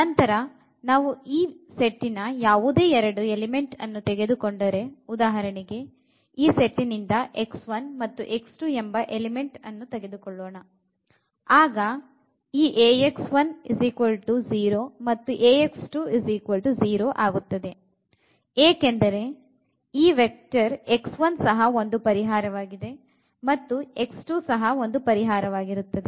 ನಂತರ ನಾವು ಈ ಸೆಟ್ಟಿನ ಯಾವುದೇ ಎರಡು ಎಲಿಮೆಂಟ್ ಅನ್ನು ತೆಗೆದುಕೊಂಡರೆ ಉದಾಹರಣೆಗೆ ಈ ಸೆಟ್ಟಿನಿಂದ x1 ಮತ್ತು ಎಂಬ ಎರೆಡು ಎಲಿಮೆಂಟ್ ಅನ್ನು ತೆಗೆದುಕೊಳ್ಳೋಣ ಆಗ ಈ ಮತ್ತು ಏಕೆಂದರೆ ಈ ವೆಕ್ಟರ್ ಸಹ ಒಂದು ಪರಿಹಾರವಾಗಿದೆ ಮತ್ತು ಸಹ ಒಂದು ಪರಿಹಾರವಾಗಿರುತ್ತದೆ